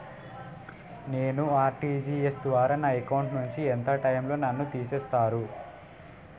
నేను ఆ.ర్టి.జి.ఎస్ ద్వారా నా అకౌంట్ నుంచి ఎంత టైం లో నన్ను తిసేస్తారు?